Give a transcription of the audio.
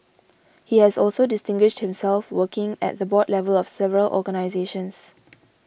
he has also distinguished himself working at the board level of several organisations